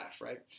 right